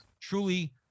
truly